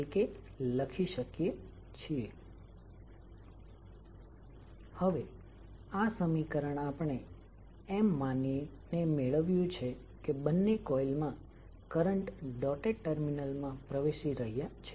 સરળતા ખાતર આપણે માની લઈએ કે બીજો ઇન્ડકટર કોઈ કરંટ ધરાવતો નથી